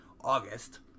August